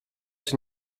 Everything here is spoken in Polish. czy